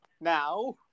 now